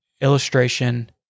illustration